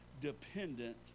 dependent